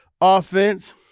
offense